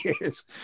years